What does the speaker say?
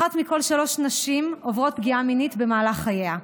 אחת מכל שלוש נשים עוברות פגיעה מינית במהלך חייה,